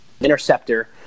interceptor